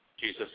Jesus